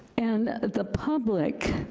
and the public